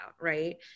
Right